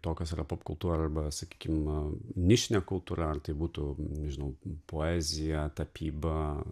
to kas yra popkultūra arba sakykim nišinė kultūra ar tai būtų nežinau poezija tapyba